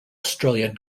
australian